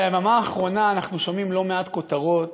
ביממה האחרונה אנחנו רואים לא מעט כותרות